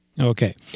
Okay